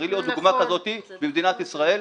תראי לי עוד דוגמה כזו במדינת ישראל.